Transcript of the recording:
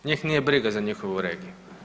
Njih nije briga za njihovu regiju.